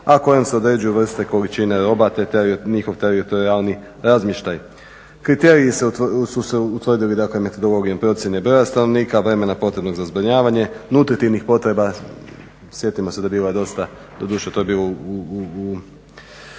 a kojim se određuju vrste, količine roba te njihov teritorijalni razmještaj. Kriteriji su se utvrdili, dakle metodologijom procjenom broja stanovnika, vremena potrebnog za zbrinjavanje, nutritivnih potreba. Sjetimo se bilo je dosta, doduše to je bilo u